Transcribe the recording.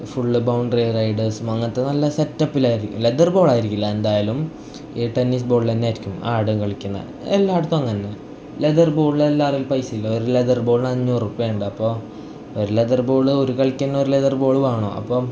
full boundary റൈഡേഴ്സും അങ്ങനത്തെ നല്ല സെറ്റപ്പിലായിരിക്കും ലെതർ ബോൾ ആയിരിക്കില്ല എന്തായാലും ഈ ടെന്നീസ് ബോളിൽ തന്നെ ആയിരിക്കും ആടെയും കളിക്കുന്നത് എല്ലായിടത്തും അങ്ങനെ തന്നെ ലെതർ ബോളിന് എല്ലാവരെയും കൈ പൈസ ഇല്ല ഒരു ലെതർ ബോളിന് അഞ്ഞുറു റുപ്യ ഉണ്ട് അപ്പോൾ ഒരു ലെതർ ബോൾ ഒരു കളിക്ക് തന്നെ ഒരു ലെതർ ബോൾ വേണം അപ്പോൾ